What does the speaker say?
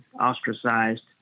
ostracized